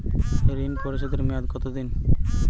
ঋণ পরিশোধের মেয়াদ কত দিন?